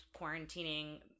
quarantining